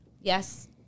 Yes